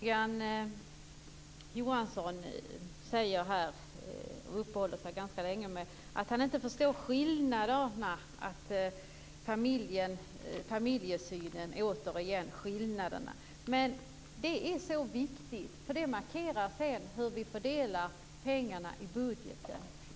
Herr talman! Morgan Johansson uppehåller sig ganska länge vid att han inte förstår skillnaderna i familjesynen. Men det är så viktigt, för det markeras sedan i hur vi fördelar pengarna i budgeten.